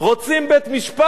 רוצים בית-משפט?